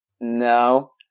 No